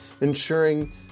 ensuring